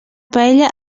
paella